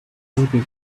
unable